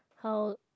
how